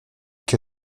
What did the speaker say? que